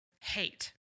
hate